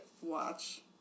watch